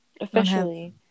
Officially